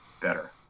better